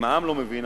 אם העם לא מבין,